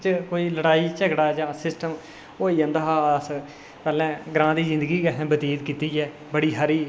च कोई लड़ाई झगड़ा जां सिस्टम होई जंदा हा अस पैह्लें ग्रांऽ दी जिंदगी गै बतीत कीती ऐ बड़ी हारी